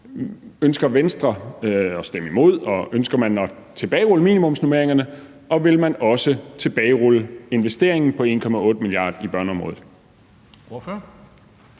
Ønsker Venstre at stemme imod? Og ønsker man at tilbagerulle minimumsnormeringerne, og vil man også tilbagerulle investeringen på 1,8 mia. kr. på børneområdet?